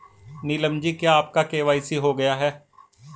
नीलम जी क्या आपका के.वाई.सी हो गया है?